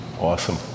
Awesome